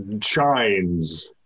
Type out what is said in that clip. shines